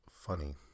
funny